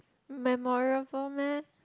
memorable meh